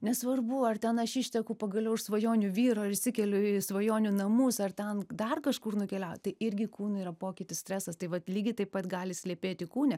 nesvarbu ar ten aš išteku pagaliau už svajonių vyro ar įsikeliu į svajonių namus ar ten dar kažkur nukeliauti tai irgi kūnui yra pokytis stresas tai vat lygiai taip pat gali slypėti kūne